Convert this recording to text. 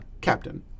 captain